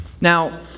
Now